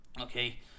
Okay